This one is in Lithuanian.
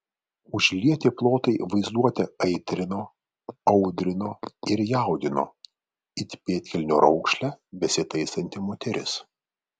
užlieti plotai vaizduotę aitrino audrino ir jaudino it pėdkelnių raukšlę besitaisanti moteris